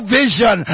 vision